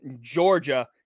Georgia